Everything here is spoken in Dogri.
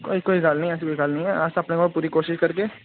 कोई गल्ल निं ऐसी कोई गल्ल निं ऐ अस अपने कोला पूरी कोशश करगे